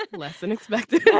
like less than expected.